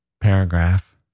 paragraph